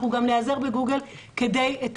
אנחנו גם ניעזר ב-גוגל כדי שאת